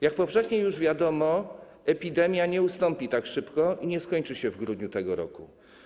Jak powszechnie już wiadomo, epidemia nie ustąpi tak szybko i nie skończy się w grudniu tego roku.